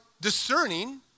discerning